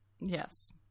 Yes